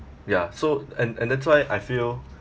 ya so and and that's why I feel